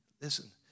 Listen